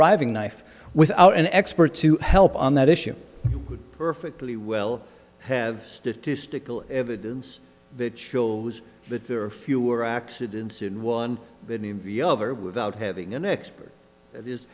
riving knife without an expert to help on that issue would perfectly well have statistical evidence that shows that there are fewer accidents in one without having an expert